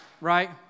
Right